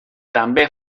també